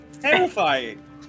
terrifying